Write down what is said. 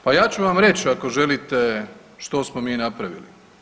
Pa ja ću vam reći ako želite što smo mi napravili.